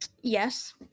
Yes